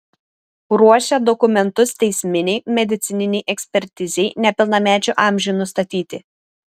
ruošia dokumentus teisminei medicininei ekspertizei nepilnamečių amžiui nustatyti